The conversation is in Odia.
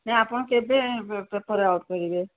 ନାଇଁ ଆପଣ କେବେ ପେପର୍ ଆଉଟ୍ କରିବେ